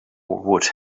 would